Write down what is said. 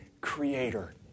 creator